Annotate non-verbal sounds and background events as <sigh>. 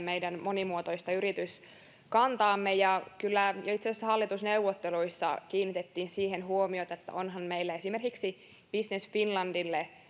<unintelligible> meidän monimuotoista yrityskantaamme kyllä jo itse asiassa hallitusneuvotteluissa kiinnitettiin siihen huomiota että onhan meillä esimerkiksi business finlandille